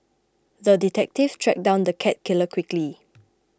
the detective tracked down the cat killer quickly